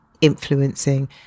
influencing